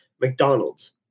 mcdonald's